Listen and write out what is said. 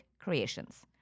creations